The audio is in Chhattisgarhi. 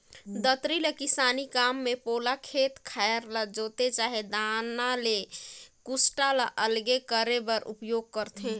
दँतरी ल किसानी काम मे पोला खेत खाएर ल जोते चहे दाना ले कुसटा ल अलगे करे बर उपियोग करथे